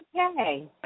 okay